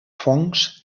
fongs